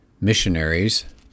missionaries